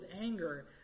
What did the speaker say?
anger